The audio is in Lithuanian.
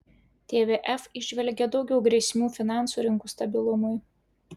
tvf įžvelgia daugiau grėsmių finansų rinkų stabilumui